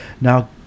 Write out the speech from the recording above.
Now